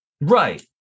Right